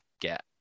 get